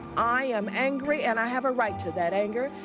i am angry, and i have a right to that anger,